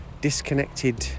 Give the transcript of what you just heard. Disconnected